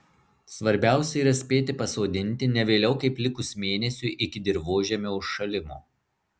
svarbiausia yra spėti pasodinti ne vėliau kaip likus mėnesiui iki dirvožemio užšalimo